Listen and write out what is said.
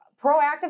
proactive